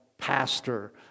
pastor